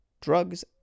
drugs